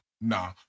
nah